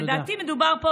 לדעתי מדובר פה